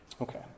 Okay